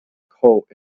cult